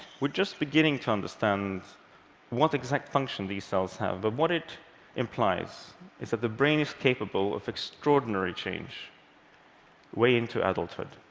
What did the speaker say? we're just beginning to understand what exact function these cells have, but what it implies is that the brain is capable of extraordinary change way into adulthood.